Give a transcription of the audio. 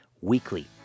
weekly